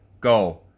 Go